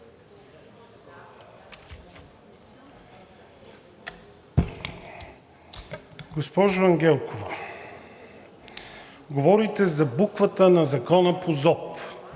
Госпожо Ангелкова, говорите за буквата на закона по ЗОП.